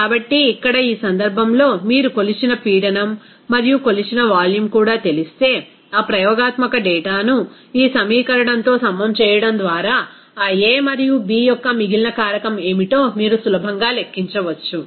కాబట్టి ఇక్కడ ఈ సందర్భంలో మీరు కొలిచిన పీడనం మరియు కొలిచిన వాల్యూమ్ కూడా తెలిస్తే ఆ ప్రయోగాత్మక డేటాను ఈ సమీకరణంతో సమం చేయడం ద్వారా ఆ a మరియు b యొక్క మిగిలిన కారకం ఏమిటో మీరు సులభంగా లెక్కించవచ్చు